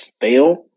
fail